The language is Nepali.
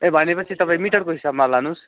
ए भनेपछि तपाईँ मिटरको हिसाबमा लानुहोस्